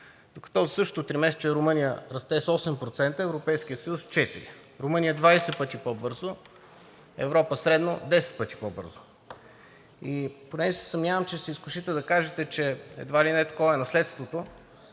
докато за същото тримесечие Румъния расте с 8%, а Европейският съюз – с 4%. Румъния е 20 пъти по-бързо, Европа – средно 10 пъти по-бързо. Понеже се съмнявам, че ще се изкушите да кажете, че едва ли не такова е наследството,